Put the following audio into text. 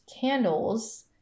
candles